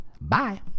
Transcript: Bye